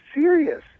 serious